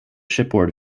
shipboard